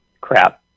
Crap